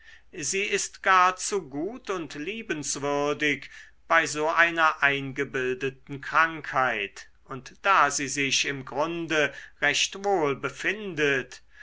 sie ist gar zu gut und liebenswürdig bei so einer eingebildeten krankheit und da sie sich im grunde recht wohl befindet